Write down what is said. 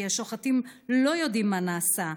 כי השוחטים לא יודעים מה נעשה.